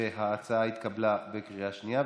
וההצעה התקבלה בקריאה שנייה.